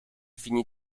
finit